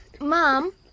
Mom